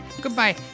goodbye